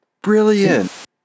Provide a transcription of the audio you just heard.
Brilliant